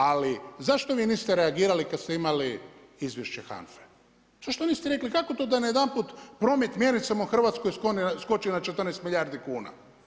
Ali zašto vi niste reagirali kada ste imali izvješće HANFA-e, zašto niste rekli kako to da jedanput promet mjenicama u Hrvatskoj skoči na 14 milijardi kuna?